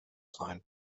sein